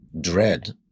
dread